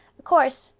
of course,